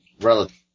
Relative